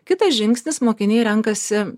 kitas žingsnis mokiniai renkasi